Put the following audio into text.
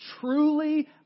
Truly